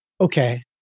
okay